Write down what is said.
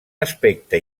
aspecte